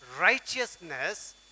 righteousness